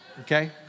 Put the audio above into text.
okay